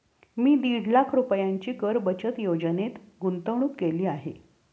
मी दीड लाख रुपयांची कर बचत योजनेत गुंतवणूक केली आहे